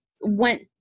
went